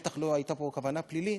בטח לא הייתה פה כוונה פלילית,